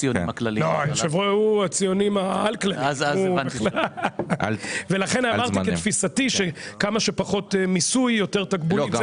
הליכוד -- ולכן אמרתי כתפיסתי שכמה שפחות מיסוי יותר תקבולים.